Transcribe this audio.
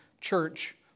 church